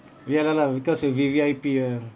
ya lah lah because with V_V_I_P ah